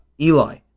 Eli